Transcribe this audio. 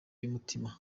y’umutima